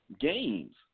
games